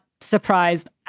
surprised